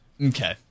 Okay